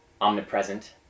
omnipresent